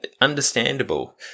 Understandable